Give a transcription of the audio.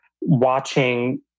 watching